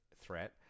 threat